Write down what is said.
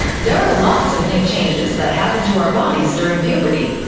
there are lots of new changes that happen to our bodies during puberty.